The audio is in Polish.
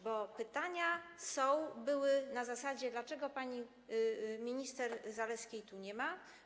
Bo pytania były na zasadzie: dlaczego pani minister Zalewskiej tu nie ma.